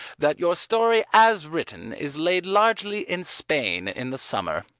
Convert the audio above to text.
that your story as written is laid largely in spain in the summer.